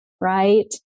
right